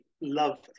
love